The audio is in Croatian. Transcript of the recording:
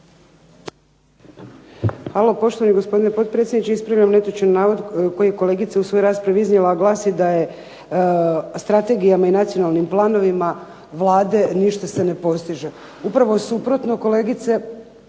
Hvala, poštovani gospodine potpredsjedniče. Ispravljam netočan navod koji je kolegica u svojoj raspravi iznijela, a glasi da strategijama i nacionalnim planovima Vlade ništa se ne postiže. Upravo suprotno kolegice,